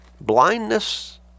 blindness